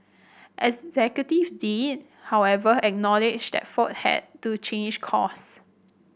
executive did however acknowledge that Ford has to change course